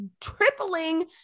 tripling